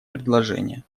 предложение